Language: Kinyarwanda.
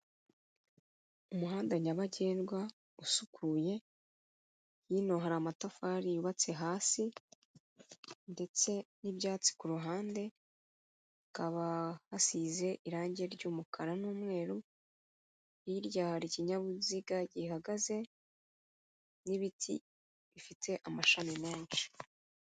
Umuhanda nyabagendwa usukuye, hino hari amatafari yubatse hasi ndetse n'ibyatsi ku ruhande, hakaba hasize irangi ry'umukara n'umweru, hirya hari ikinyabiziga gihagaze n'ibiti bifite amashami menshi.